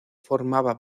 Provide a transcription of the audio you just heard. formaba